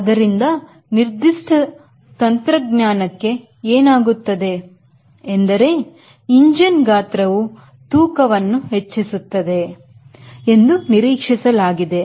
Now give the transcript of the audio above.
ಆದ್ದರಿಂದ ನಿರ್ದಿಷ್ಟ ತಂತ್ರಜ್ಞಾನಕೆ ಏನಾಗುತ್ತದೆ ಎಂದರೆ ಇಂಜಿನ್ ಗಾತ್ರವು ತೂಕವನ್ನು ಹೆಚ್ಚಿಸುತ್ತದೆ ಎಂದು ನಿರೀಕ್ಷಿಸಲಾಗಿದೆ